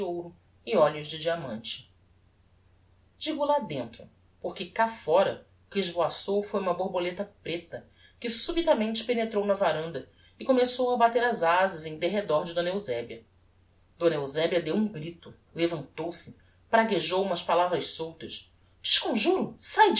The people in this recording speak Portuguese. ouro e olhos de diamante digo lá dentro porque cá fóra o que esvoaçou foi uma borboleta preta que subitamente penetrou na varanda e começou a bater as azas em derredor de d eusebia d eusebia deu um grito levantou-se praguejou umas palavras soltas t'esconjuro sáe